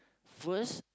first